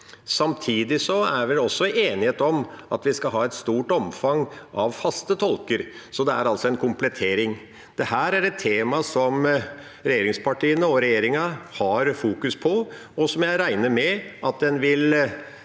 Samtidig er det også enighet om at vi skal ha et stort omfang av faste tolker, så det er altså en komplettering. Dette er et tema som regjeringspartiene og regjeringa fokuserer på, og som jeg regner med at en vil